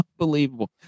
Unbelievable